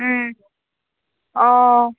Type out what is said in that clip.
অঁ